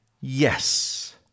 yes